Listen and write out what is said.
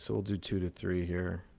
so we'll do two to three here.